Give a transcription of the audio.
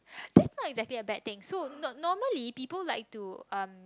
that's not exactly a bad thing so so normally people like to um